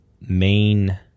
main